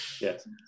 Yes